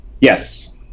Yes